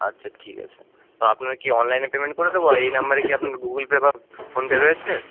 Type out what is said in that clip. আচ্ছা ঠিক আছে তো আপনার কি অনলাইনে পেমেন্ট করে দেবো এই নাম্বারেই কি আপনি গুগল পে বা ফোনপে রয়েছে